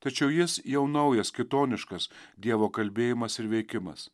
tačiau jis jau naujas kitoniškas dievo kalbėjimas ir veikimas